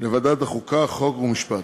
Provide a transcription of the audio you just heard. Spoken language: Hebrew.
לוועדת החוקה, חוק ומשפט.